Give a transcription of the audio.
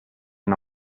una